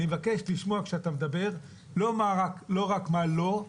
אני מבקש לשמוע כשאתה מדבר לא מה רק מה לא,